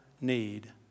need